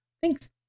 Thanks